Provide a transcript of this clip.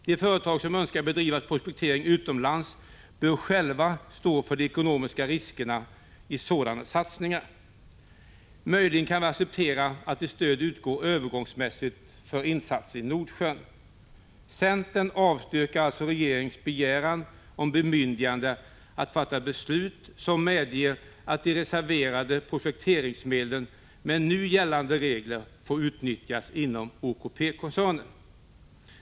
De företag som önskar bedriva prospektering utomlands bör själva stå för de ekonomiska riskerna i sådana satsningar. Möjligen kan vi acceptera att stöd utgår övergångsmässigt för insatser i Nordsjön. Centern avstyrker alltså regeringens begäran om bemyndigande att fatta beslut som medger att de reserverade prospekteringsmedlen enligt nu gällande regler får utnyttjas inom OKP-koncernen.